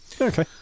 Okay